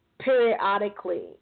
periodically